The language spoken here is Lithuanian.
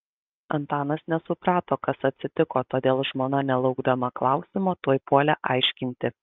antanas nesuprato kas atsitiko todėl žmona nelaukdama klausimo tuoj puolė aiškinti